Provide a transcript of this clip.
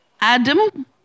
Adam